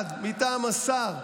שמופקד מטעם השר,